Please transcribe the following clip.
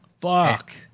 Fuck